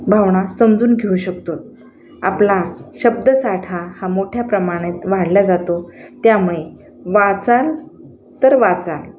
भावना समजून घेऊ शकतो आपला शब्दसाठा हा मोठ्या प्रमाणात वाढल्या जातो त्यामुळे वाचन तर वाचान